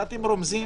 ואתם לא רומזים,